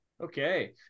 Okay